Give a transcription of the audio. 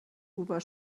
huber